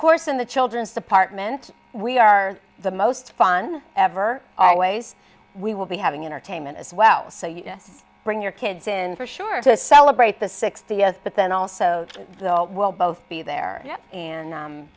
course in the children's department we are the most fun ever always we will be having entertainment as well so you bring your kids in for sure to celebrate the sixty s but then also will both be there